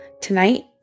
Tonight